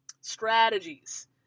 strategies